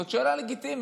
זאת שאלה לגיטימית.